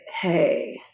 hey